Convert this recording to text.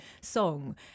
song